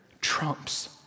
trumps